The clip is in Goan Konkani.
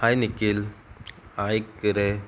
हाय निकील आयक रे